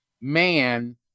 man